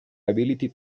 ability